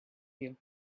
you